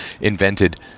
invented